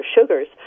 sugars